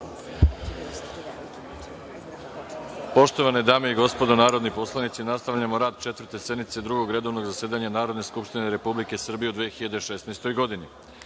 Poštovane dame i gospodo narodni poslanici, nastavljamo rad Četvrte sednice Drugog redovnog zasedanja Narodne skupštine Republike Srbije u 2016. godini. Na